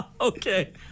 Okay